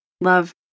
Love